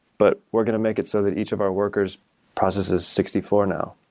but we're going to make it so that each of our workers processes sixty four now.